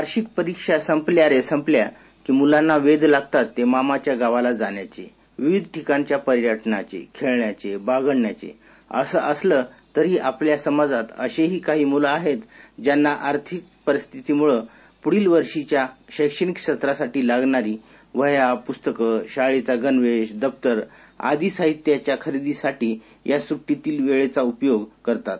वार्षिक परीक्षा संपल्या रे संपल्या की मुलांना वेध लागतात ते मामाच्या गावाला जाण्याचे विविध ठिकाणच्या पर्यटनाचे खेळण्याचे बागडण्याचे असं असलं तरिही आपल्या समाजात अशीही काही मुलं आहेत ज्यांना घरच्या आर्थिक परिस्थितीमुळ पूढील वर्षीच्या शैक्षणिक सत्रासाठी लागणारी वह्या पुस्तकं शाळेचा गणवेश दप्तर आदी साहित्याच्या खरेदीसाठी या सुट्टीतील वेळेचा उपयोग करतात